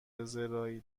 زراعی